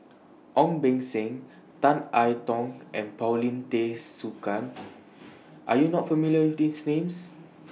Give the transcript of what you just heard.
Ong Beng Seng Tan I Tong and Paulin Tay Straughan Are YOU not familiar with These Names